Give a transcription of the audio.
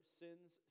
sin's